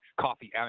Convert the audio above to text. coffee